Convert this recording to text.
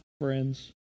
friends